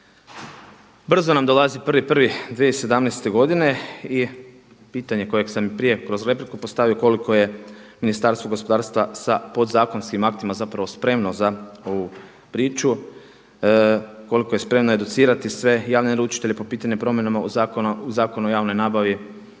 Brzo nam dolazi 1.1.2017. godine i pitanje koje sam i prije kroz repliku postavio, koliko je Ministarstvo gospodarstva sa podzakonskim aktima spremno za ovu priču, koliko je spremno educirati sve javne naručitelje po pitanju promjena u Zakonu o javnoj nabavi.